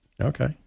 Okay